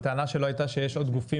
אבל הטענה שלו הייתה שיש עוד גופים